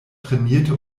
trainierte